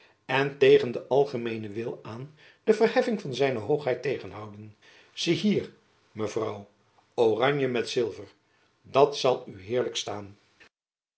en tegen den algemeenen wil aan de verheffing van zijn hoogheid tegenhouden zie hier mevrouw oranje met zilver dat zal u heerlijk staan